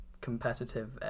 competitive